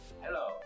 Hello